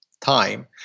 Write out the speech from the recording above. time